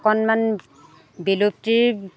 অকণমান বিলুপ্তিৰ